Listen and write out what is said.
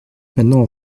maintenant